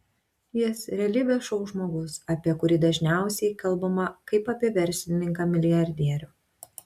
jis realybės šou žmogus apie kurį dažniausiai kalbama kaip apie verslininką milijardierių